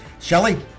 Shelly